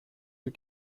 του